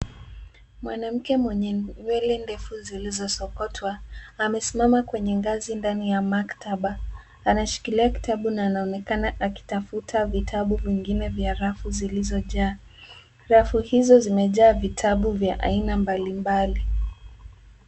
Mwanamke mwenye nywele ndefu zilizosokotwa amesimama kwenye ngazi ndani ya maktaba. Anashikilia kitabu na anaonekana akitafuta vitabu vingine vya rafu zilizojaa. Rafu hizo zimejaa vitabu vya aina mbalimbali.